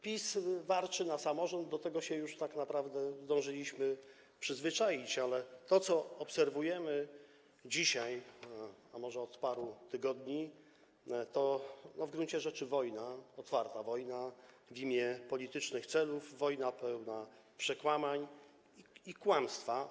PiS warczy na samorząd - do tego już tak naprawdę zdążyliśmy się przyzwyczaić - ale to, co obserwujemy dzisiaj, a może od paru tygodni, to w gruncie rzeczy otwarta wojna w imię politycznych celów, wojna pełna przekłamań i kłamstwa.